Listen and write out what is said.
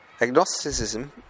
agnosticism